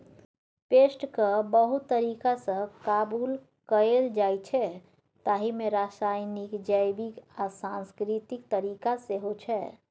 पेस्टकेँ बहुत तरीकासँ काबु कएल जाइछै ताहि मे रासायनिक, जैबिक आ सांस्कृतिक तरीका सेहो छै